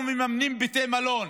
אנחנו מממנים בתי מלון.